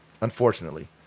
unfortunately